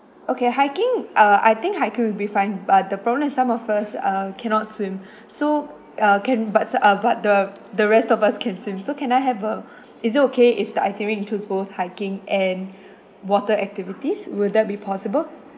okay hiking uh I think hiking will be fine but the problem is some of us uh cannot swim so uh can but ah but the the rest of us can swim so can I have a is it okay if the itinerary includes both hiking and water activities will that be possible